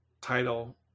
title